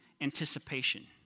anticipation